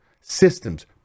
systems